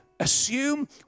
Assume